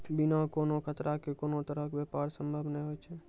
बिना कोनो खतरा के कोनो तरहो के व्यापार संभव नै होय छै